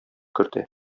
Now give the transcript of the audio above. кертә